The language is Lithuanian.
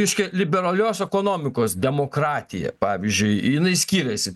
reiškia liberalios ekonomikos demokratija pavyzdžiui jinai skiriasi